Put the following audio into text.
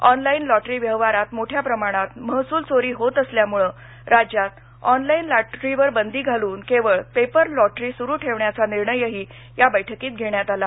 online lottery व्यवहारात मोठ्या प्रमाणात महसूलचोरी होत असल्यामुळे राज्यात ऑनलाईन लॉटरीवर बंदी घालून केवळ पेपर लॉटरी सुरु ठेवण्याचा निर्णयही या बैठकीत घेण्यात आला